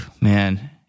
man